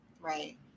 Right